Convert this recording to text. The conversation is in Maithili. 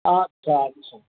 अच्छा अच्छा